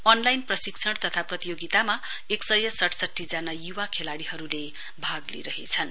online प्रशिक्षण तथा प्रतियोगितामा एकसय सड़सठी जना युवी खेलाड़ीहरुले भाग लिइरहेछन्